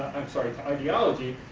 i'm sorry, ideology,